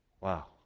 Wow